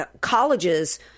colleges